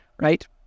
Right